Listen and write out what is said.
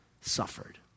suffered